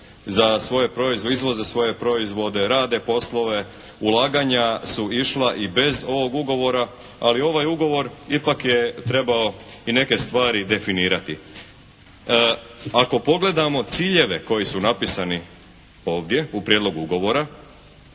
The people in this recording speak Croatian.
za svoje, izvoze svoje proizvode, rade poslove. Ulaganja su išla i bez ovog ugovora. Ali ovaj ugovor ipak je trebao i neke stvari definirati. Ako pogledamo ciljeve koji su napisani ovdje u prijedlogu ugovora,